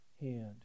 hand